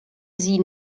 sie